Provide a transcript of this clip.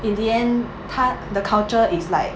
in the end 它 the culture it's like